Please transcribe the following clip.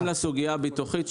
בוא נתקדם לסוגיה הביטוחית.